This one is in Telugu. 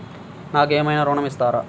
నాకు ఏమైనా ఋణం ఇస్తారా?